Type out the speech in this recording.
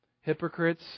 Hypocrites